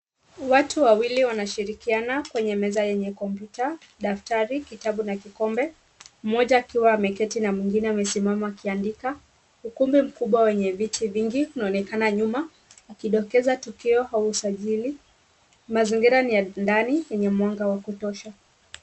Watu wawili wanashirikia kwenye meza yenye kompyuta, daftari, kitabu na kikombe, mmoja akiwa ameketi na mwingine amesimama akiandika, ukumbi mkubwa wenye viti vingi unaonekana nyuma, ukindokeza tukio la usajili, mazingira ni ya ndani yenye mwanga wa kutosha.